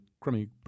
crummy